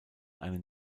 einen